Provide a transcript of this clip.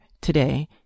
today